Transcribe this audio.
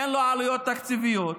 שאין לו עלויות תקציביות,